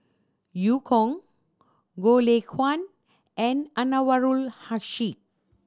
Eu Kong Goh Lay Kuan and Anwarul Haque